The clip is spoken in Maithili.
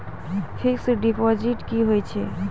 फिक्स्ड डिपोजिट की होय छै?